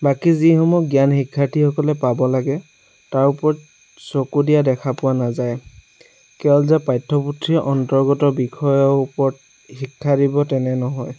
বাকী যিসমূহ জ্ঞান শিক্ষাৰ্থীসকলে পাব লাগে তাৰ ওপৰত চকু দিয়া দেখা পোৱা নাযায় কেৱল যে পাঠ্যপুথিৰ অন্তৰ্গত বিষয়ৰ ওপৰত শিক্ষা দিব তেনে নহয়